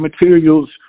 materials